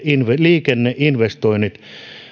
liikenneinvestoinnit